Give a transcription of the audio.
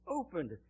opened